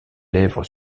lèvre